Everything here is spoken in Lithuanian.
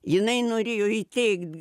jinai norėjo įteikt